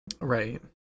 Right